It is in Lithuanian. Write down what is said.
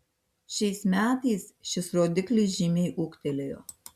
šiais metais šis rodiklis žymiai ūgtelėjo